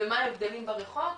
ומה ההבדלים בריחות.